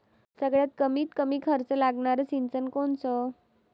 सगळ्यात कमीत कमी खर्च लागनारं सिंचन कोनचं?